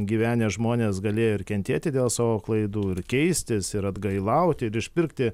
gyvenę žmonės galėjo ir kentėti dėl savo klaidų ir keistis ir atgailauti ir išpirkti